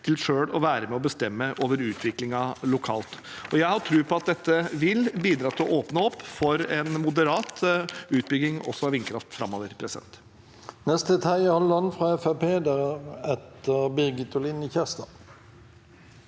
til selv å være med og bestemme over utviklingen lokalt. Jeg har tro på at dette vil bidra til å åpne opp for en moderat utbygging også av vindkraft framover.